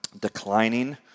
declining